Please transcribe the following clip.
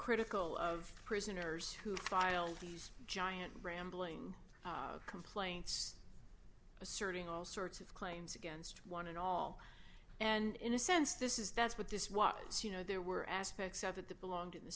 critical of prisoners who filed these giant rambling complaints asserting all sorts of claims against one and all and in a sense this is that's what this was you know there were aspects of it that belonged in the